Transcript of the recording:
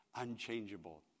Unchangeable